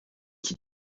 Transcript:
qui